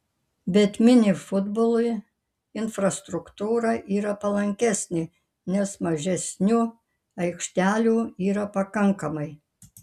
bet mini futbolui infrastruktūra yra palankesnė nes mažesniu aikštelių yra pakankamai